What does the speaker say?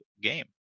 game